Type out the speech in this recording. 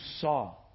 saw